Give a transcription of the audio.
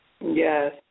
Yes